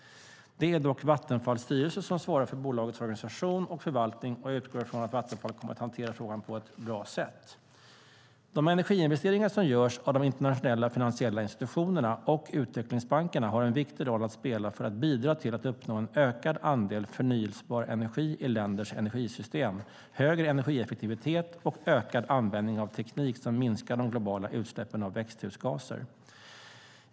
Det är dock Vattenfalls styrelse som svarar för bolagets organisation och förvaltning, och jag utgår från att Vattenfall kommer att hantera frågan på ett bra sätt. De energiinvesteringar som görs av de internationella finansiella institutionerna och utvecklingsbankerna har en viktig roll att spela för att bidra till att uppnå en ökad andel förnybar energi i länders energisystem, högre energieffektivitet och ökad användning av teknik som minskar de globala utsläppen av växthusgaser.